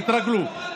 תתרגלו.